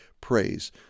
praise